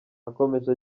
akomeje